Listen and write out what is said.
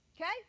Okay